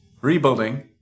Rebuilding